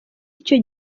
icyo